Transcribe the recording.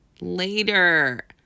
Later